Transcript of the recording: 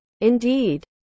Indeed